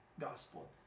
gospel